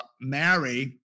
marry